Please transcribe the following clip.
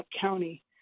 County